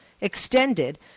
extended